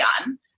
on